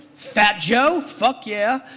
fat joe, fuck yeah,